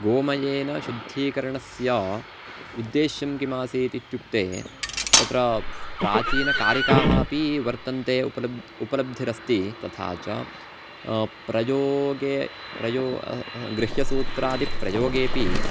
गोमयेन शुद्धीकरणस्य उद्देश्यं किम् आसीत् इत्युक्ते तत्र प्राचीनकारिकाः अपि वर्तन्ते उपलब् उपलब्धिरस्ति तथा च प्रयोगे प्रयो गृह्यसूत्रादिप्रयोगेऽपि